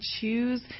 choose